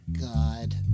God